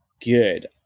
good